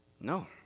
No